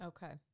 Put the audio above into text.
Okay